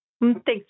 Thanks